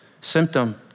Symptom